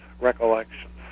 Recollections